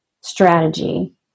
strategy